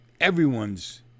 everyone's